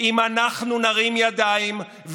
אם אנחנו נרים ידיים,